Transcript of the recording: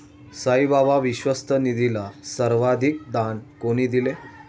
साईबाबा विश्वस्त निधीला सर्वाधिक दान कोणी दिले?